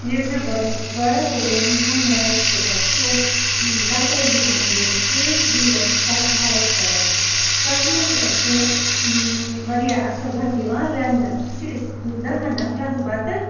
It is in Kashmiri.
ییٚلہِ مےٚ گۄڈنیُک پرٛوڈَکٹ اوٚن میون رایِس کُکَر سُہ اوس تَتھ ٲسۍ زٕ منجول سۭتۍ بیٚیہِ اوس تَتھ وایِٹ کَلَر تَتھ منٛز چھُ اَسہِ واریاہ اَصٕل بَتہٕ یِوان رَنٛنہٕ سُہ چھِ أسۍ دَہَن نَفرَن سُہ بَتہٕ